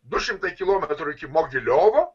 du šimtai kilometrų iki mogiliovo